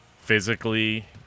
physically